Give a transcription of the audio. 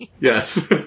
Yes